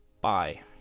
Bye